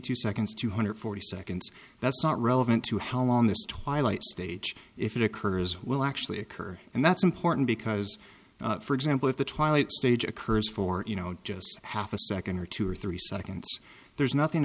two seconds two hundred forty seconds that's not relevant to how long this twilight stage if it occurs will actually occur and that's important because for example if the twilight stage occurs for you know just half a second or two or three seconds there's nothing